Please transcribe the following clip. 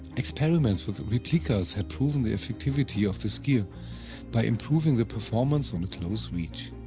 experiments with replicas had proven the effectivity of this gear by improving the performance on a close reach.